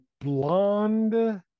Blonde